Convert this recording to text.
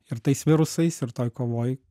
ir tais virusais ir toj kovoj